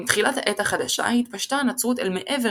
עם תחילת העת החדשה התפשטה הנצרות אל מעבר